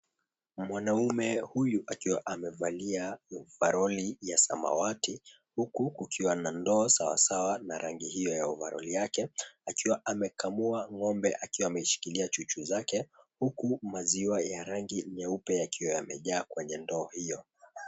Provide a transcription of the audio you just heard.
Mwanaume huyu akiwa amevalia ovaroli ya samawati huku kukiwa na ndoo sawasawa na rangi hiyo ya ovaroli yake akiwa amekamua ng'ombe akiwa ameshikilia chuchu zake huku maziwa ya rangi nyeupe yakiyo yamejaa kwenye ndoo hiyo.